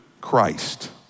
Christ